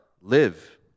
live